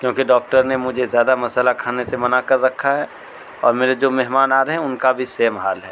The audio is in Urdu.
کیونکہ ڈاکٹر نے مجھے زیادہ مسالہ کھانے سے منع کر رکھا ہے اور میرے جو مہمان آ رہے ہیں ان کا بھی سیم حال ہے